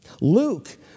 Luke